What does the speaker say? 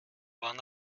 wann